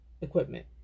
equipment